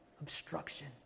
obstruction